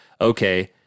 okay